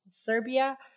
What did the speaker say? Serbia